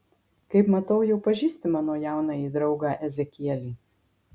kaip matau jau pažįsti mano jaunąjį draugą ezekielį